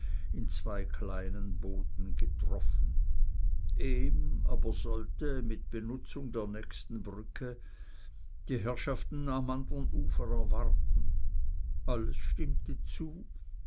in zwei kleinen booten getroffen ehm aber sollte mit benutzung der nächsten brücke die herrschaften am andern ufer erwarten alles stimmte zu